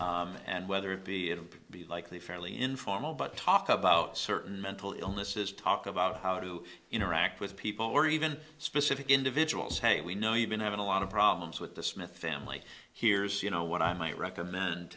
and whether it be in be likely fairly informal but talk about certain mental illnesses talk about how to interact with people or even specific individuals hey we know you've been having a lot of problems with the smith family hears you know what i might recommend